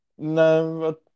No